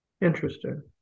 interesting